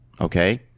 Okay